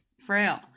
frail